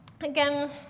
again